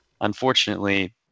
unfortunately